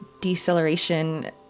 deceleration